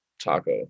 taco